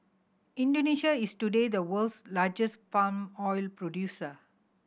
Indonesia is today the world's largest palm oil producer